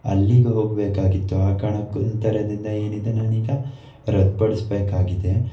ಅಲ್ಲಿಗೆ ಹೋಗಬೇಕಾಗಿತ್ತು ಆ ಕಾರಣಕೊಂತರದಿಂದ ಏನಿದೆ ನಾನೀಗ ರದ್ದು ಪಡಿಸಬೇಕಾಗಿದೆ